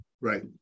Right